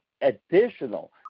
additional